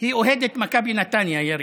היא אוהדת מכבי נתניה, יריב.